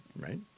Right